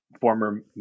former